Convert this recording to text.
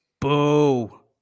Boo